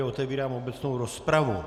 Otevírám obecnou rozpravu.